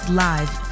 live